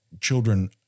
children